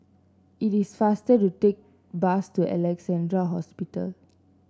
it is faster to take bus to Alexandra Hospital